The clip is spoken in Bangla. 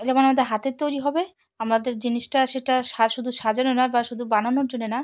যেমন আমাদের হাতে তৈরি হবে আমাদের জিনিস টা সেটা শুধু সাজানো না বা শুধু বানানোর জন্যে না